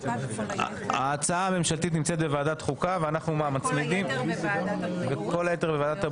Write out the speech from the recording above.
ההצעה הממשלתית נמצאת בוועדת החוקה וכל היתר בוועדת הבריאות,